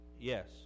yes